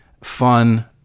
fun